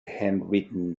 handwritten